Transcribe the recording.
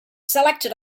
selected